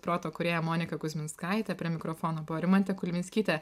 proto kūrėja monika kuzminskaitė prie mikrofono buvo rimantė kulvinskytė